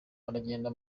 aragenda